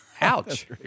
Ouch